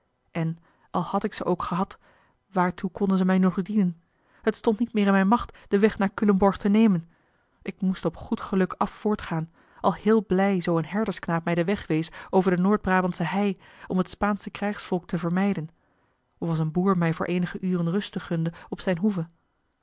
en al had ik ze ook gehad waartoe konden ze mij nu nog dienen het stond niet meer in mijne macht den weg naar culemborg te nemen ik moest op goed geluk af voortgaan al heel blij zoo een herdersknaap mij den weg wees over de noord brabandsche hei om het spaansche krijgsvolk te vermijden of als een boer mij voor eenige uren ruste gunde op zijne hoeve